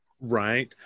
Right